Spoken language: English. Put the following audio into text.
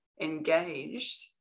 engaged